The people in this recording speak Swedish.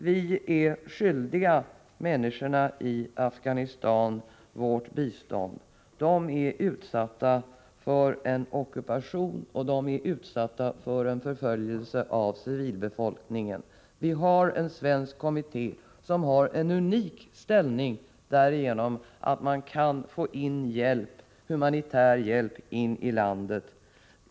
Vi är skyldiga människorna i Afghanistan vårt bistånd. De är utsatta för ockupation och förföljelse. Vi har en svensk kommitté med en unik ställning därigenom att den kan få in humanitär hjälp i landet.